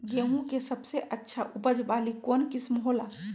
गेंहू के सबसे अच्छा उपज वाली कौन किस्म हो ला?